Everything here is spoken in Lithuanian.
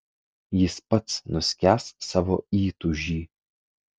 jis pats nuskęs savo įtūžy